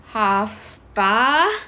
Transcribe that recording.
half bah